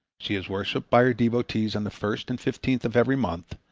she is worshipped by her devotees on the first and fifteenth of every month,